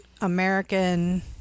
American